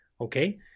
Okay